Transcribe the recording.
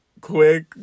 quick